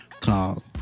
called